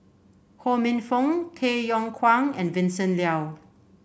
Ho Minfong Tay Yong Kwang and Vincent Leow